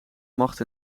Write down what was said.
macht